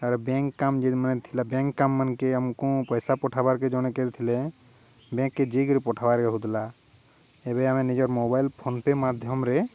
ତା'ପରେ ବ୍ୟାଙ୍କ କାମ ଯି ମାନେ ଥିଲା ବ୍ୟାଙ୍କ କାମ ମାନକେ ଆମୁକୁ ପଇସା ପଠାବାର୍ କେ ଜଣେକେ ଥିଲେ ବ୍ୟାଙ୍କକେ ଯିଏକିରି ପଠାବାର୍ କେ ହଉଥିଲା ଏବେ ଆମେ ନିଜର ମୋବାଇଲ ଫୋନ୍ପେ ମାଧ୍ୟମରେ